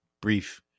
brief